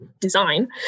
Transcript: design